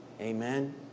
Amen